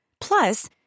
Plus